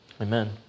Amen